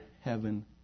heaven